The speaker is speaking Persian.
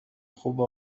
خوب